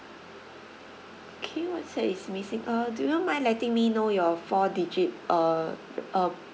okay what set is missing uh do you mind letting me know your four digit uh uh